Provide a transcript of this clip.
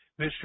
Mr